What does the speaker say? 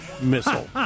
missile